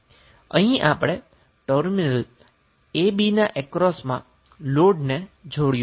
અહીં આપણે terminal a b ના અક્રોસમાં લોડને જોડ્યો છે